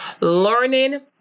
learning